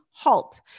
halt